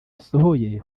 asohoye